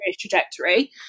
trajectory